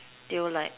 they will like